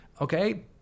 Okay